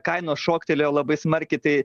kainos šoktelėjo labai smarkiai tai